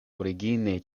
origine